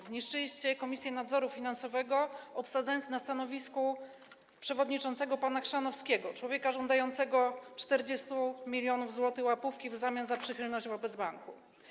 Zniszczyliście Komisję Nadzoru Finansowego, obsadzając na stanowisku przewodniczącego pana Chrzanowskiego, człowieka żądającego 40 mln zł łapówki w zamian za przychylność wobec banku.